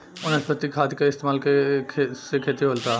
वनस्पतिक खाद के इस्तमाल के से खेती होता